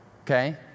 Okay